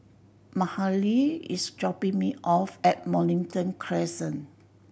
Mahalie is dropping me off at Mornington Crescent